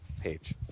page